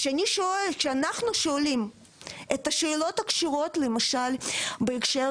כשאנחנו שואלים את השאלות הקשורות למשל בהקשר